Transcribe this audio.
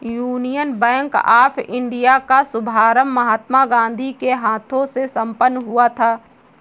union bank of India का शुभारंभ महात्मा गांधी के हाथों से संपन्न हुआ था